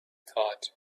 thought